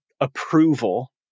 approval